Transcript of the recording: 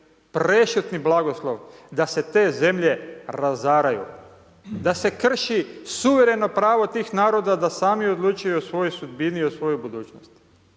prešutni blagoslov da se te zemlje razaraju, da se krši suvereno pravo tih naroda da sami odlučuju o svojoj sudbini i svojoj budućnosti,